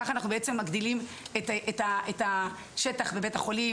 כך אנחנו מגדילים את השטח בבית החולים,